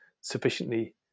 sufficiently